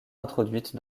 introduite